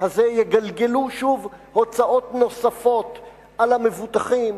יגלגלו שוב הוצאות נוספות על המבוטחים,